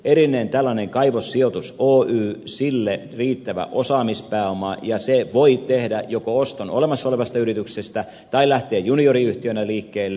erillinen tällainen kaivossijoitus oy sille riittävä osaamispääoma ja se voi joko tehdä oston olemassa olevasta yrityksestä tai lähteä junioriyhtiönä liikkeelle